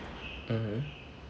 mmhmm